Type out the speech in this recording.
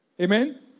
Amen